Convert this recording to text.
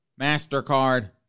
MasterCard